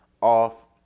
off